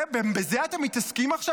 בזה אתם מתעסקים עכשיו?